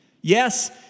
yes